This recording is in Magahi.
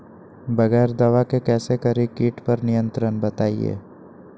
बगैर दवा के कैसे करें कीट पर नियंत्रण बताइए?